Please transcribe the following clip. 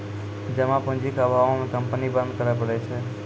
जमा पूंजी के अभावो मे कंपनी बंद करै पड़ै छै